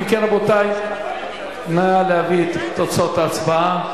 אם כן, רבותי, נא להביא את תוצאות ההצבעה.